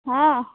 ହଁ